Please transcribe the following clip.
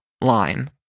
line